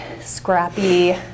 scrappy